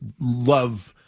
love